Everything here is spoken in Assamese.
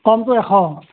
কমটো এশ